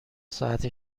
ساعت